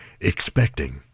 expecting